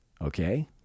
Okay